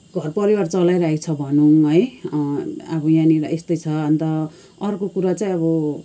घरपरिवार चलाइरहेको छ भनौँ है अब यहाँनिर यस्तै छ अन्त अर्को कुरा चाहिँ अब